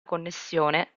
connessione